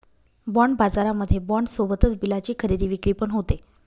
bond बाजारामध्ये bond सोबतच बिलाची खरेदी विक्री पण होते